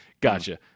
Gotcha